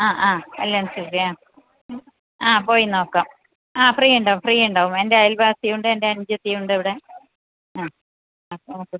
ആ ആ കല്യാൺ സിലിക്സിൽ ആ ആ പോയി നോക്കാം ആ ഫ്രീ ഉണ്ടാവും ഫ്രീ ഉണ്ടാവും എൻ്റെ അയൽവാസിയുണ്ട് എൻ്റെ അനുജത്തിയുണ്ട് അവിടെ ആ അ ഓക്കെ